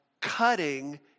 cutting